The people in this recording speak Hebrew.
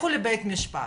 לכו לבית משפט.